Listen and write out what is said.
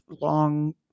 long